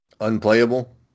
Unplayable